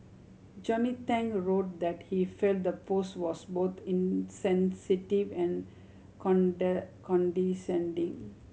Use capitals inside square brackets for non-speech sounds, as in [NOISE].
Johnny Tang wrote that he felt the post was both insensitive and [UNINTELLIGIBLE] condescending